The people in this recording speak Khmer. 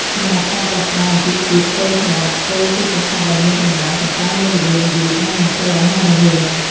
សម្រាប់ការបកស្រាយអំពីពាក្យ "គោធាត់" គោគឺជាសត្វដែលមានកម្លាំង ប៉ុន្តែមានល្បឿនយឺត និងមិនសូវរហ័សរហួន។